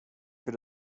für